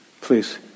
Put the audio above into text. Please